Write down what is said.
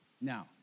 Now